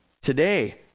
Today